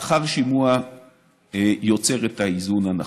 לאחר שימוע יוצר את האיזון הנכון.